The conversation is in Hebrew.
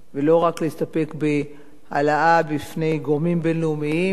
ולא רק להסתפק בהעלאה בפני גורמים בין-לאומיים,